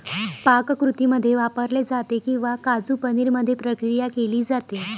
पाककृतींमध्ये वापरले जाते किंवा काजू पनीर मध्ये प्रक्रिया केली जाते